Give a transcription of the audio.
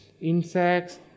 insects